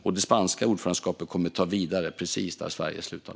Och det spanska ordförandeskapet kommer att ta vid precis där Sverige slutar.